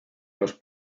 los